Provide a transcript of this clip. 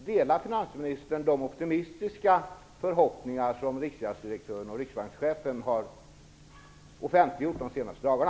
Delar finansministern de optimistiska förhoppningar som riksgäldsdirektören och riksbankschefen har offentliggjort de senaste dagarna?